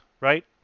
right